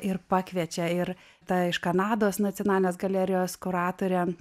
ir pakviečia ir ta iš kanados nacionalinės galerijos kuratorė